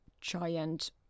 giant